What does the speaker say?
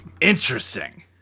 Interesting